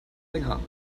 länger